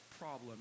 problem